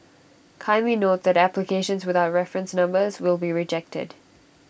kindly note that applications without reference numbers will be rejected